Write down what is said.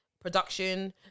production